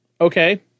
Okay